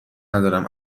ندارم